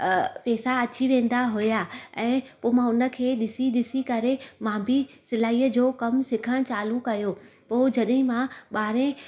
पैसा अची वेंदा हुआ ऐं पो मां उनखे ॾिसी ॾिसी करे मां बी सिलाईअ जो कमु सिखण चालू कयो पो जॾहिं मां ॿारहं